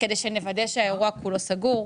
כדי שנוודא שהאירוע כולו סגור.